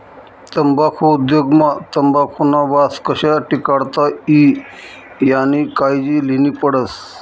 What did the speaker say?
तम्बाखु उद्योग मा तंबाखुना वास कशा टिकाडता ई यानी कायजी लेन्ही पडस